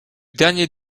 dernier